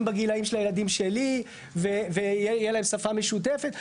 בגילאים של הילדים שלי ותהיה להם שפה משותפת.